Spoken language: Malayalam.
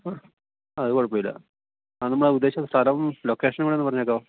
ഹ് ആ അത് കുഴപ്പമില്ല ആ നമ്മൾ ആ ഉദ്ദേശിച്ച സ്ഥലം ലൊക്കേഷനും കൂടൊന്ന് പറഞ്ഞേക്കാമോ